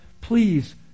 Please